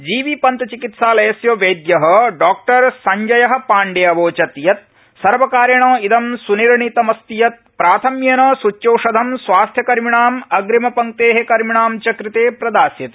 जीबीपन्त चिकित्सालयस्य वैद्यः डॉसंजयः पाण्डे अवोचत् यत् सर्वकारेण इदं सुनिर्णीतमस्ति यत् प्राथम्येन सृच्यौषधं स्वास्थ्यकर्मिणां अग्रिमपंक्ते कर्मिणां च कृते प्रदास्यते